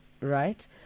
right